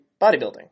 bodybuilding